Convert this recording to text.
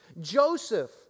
Joseph